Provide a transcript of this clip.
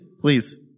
please